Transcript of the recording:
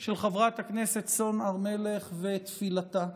של חברת הכנסת סון הר מלך ותפילתה.